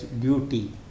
duty